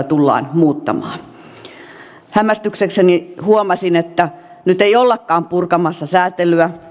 tullaan muuttamaan hämmästyksekseni huomasin että nyt ei ollakaan purkamassa säätelyä